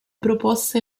proposta